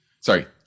Sorry